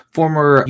former